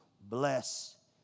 bless